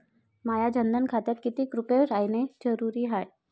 माह्या जनधन खात्यात कितीक रूपे रायने जरुरी हाय?